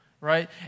Right